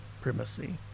primacy